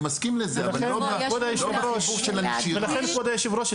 ולכן אדוני היושב ראש,